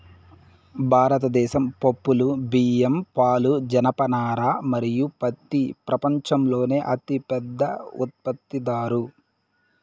భారతదేశం పప్పులు, బియ్యం, పాలు, జనపనార మరియు పత్తి ప్రపంచంలోనే అతిపెద్ద ఉత్పత్తిదారు